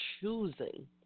choosing